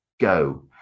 go